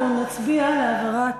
אנחנו נצביע על העברת